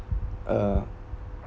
uh